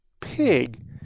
pig